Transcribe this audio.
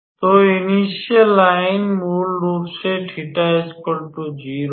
तोइनिश्यल line मूल रूप से 𝜃0 है